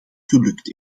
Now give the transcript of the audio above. gelukt